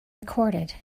recorded